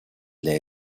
для